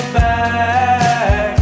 back